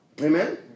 Amen